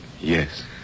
Yes